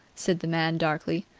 said the man darkly.